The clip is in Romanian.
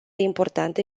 importante